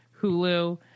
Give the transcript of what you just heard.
hulu